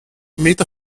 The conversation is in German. meter